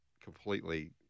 completely